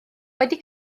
wedi